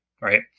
Right